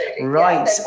right